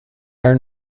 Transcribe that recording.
are